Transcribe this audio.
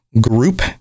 group